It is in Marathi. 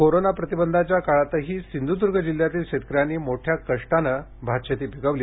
मंजुषा कोरोना प्रतिबंधाच्या काळांतही सिंधुदूर्ग जिल्ह्यातील शेतकऱ्यांनी मोठ्या कष्टाने भातशेती पिकवली